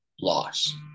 loss